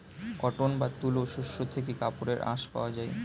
cotton বা তুলো শস্য থেকে কাপড়ের আঁশ পাওয়া যায়